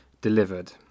delivered